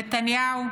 נתניהו,